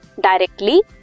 directly